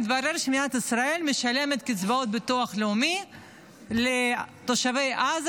מתברר שמדינת ישראל משלמת קצבאות ביטוח לאומי לתושבי עזה